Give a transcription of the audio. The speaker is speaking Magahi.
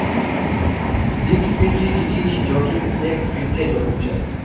लिक्विडिटी जोखिम एक वित्तिय जोखिम छे